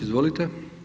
Izvolite.